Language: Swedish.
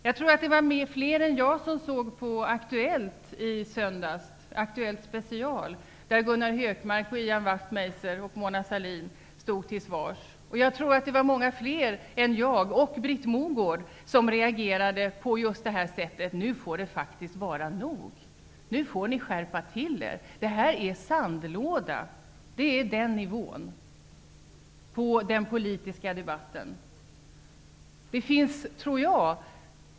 Jag tror att det var fler än jag som såg på Aktuellt Wachtmeister och Mona Sahlin stod till svars. Jag tror att det var många fler än jag och Britt Mogård som reagerade på detta sätt: Nu får det faktiskt vara nog. Nu får ni skärpa er. Detta är en sandlåda. Det är på den nivån på den politiska debatten.